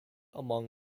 among